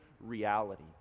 reality